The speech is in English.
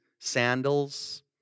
sandals